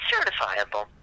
certifiable